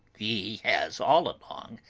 he has all along,